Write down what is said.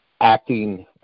acting